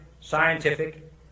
scientific